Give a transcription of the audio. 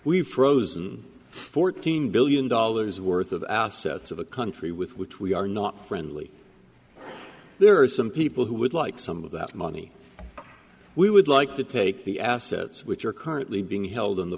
we've frozen fourteen billion dollars worth of assets of a country with which we are not friendly there are some people who would like some of that money we would like to take the assets which are currently being held on the